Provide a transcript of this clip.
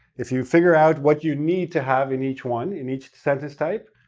if you figure out what you need to have in each one, in each sentence type,